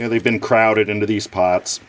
you know they've been crowded into these pots